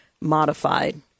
modified